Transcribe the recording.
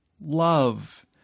love